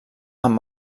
amb